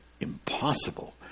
impossible